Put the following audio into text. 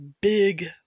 big